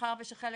מאחר ושחלק